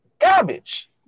garbage